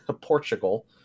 portugal